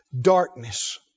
darkness